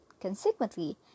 Consequently